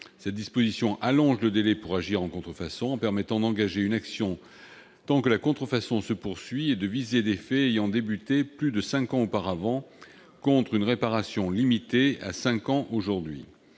Cette disposition allonge le délai pour agir en contrefaçon, en permettant d'engager une action tant que la contrefaçon se poursuit et de viser des faits ayant débuté plus de cinq ans auparavant, alors que cette réparation est aujourd'hui